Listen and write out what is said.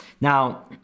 Now